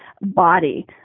body